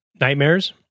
nightmares